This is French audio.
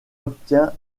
obtient